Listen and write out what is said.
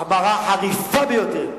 החמרה חריפה ביותר,